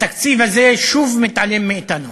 התקציב הזה שוב מתעלם מאתנו.